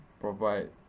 provide